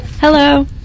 Hello